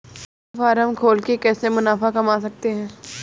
मुर्गी फार्म खोल के कैसे मुनाफा कमा सकते हैं?